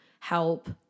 help